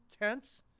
tents